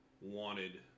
wanted